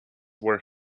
were